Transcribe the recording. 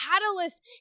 catalyst